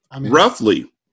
roughly